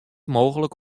mooglik